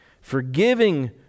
forgiving